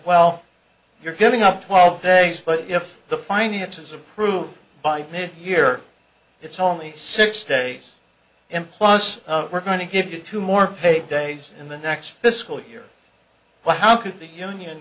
well you're giving up twelve days but if the finances approved by mid year it's only six days in plus we're going to give you two more paid days in the next fiscal year well how could the union